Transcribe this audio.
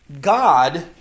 God